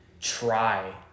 try